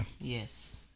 Yes